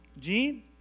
Gene